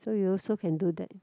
so you also can do that